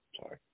Sorry